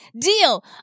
deal